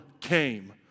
came